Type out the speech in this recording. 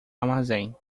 armazém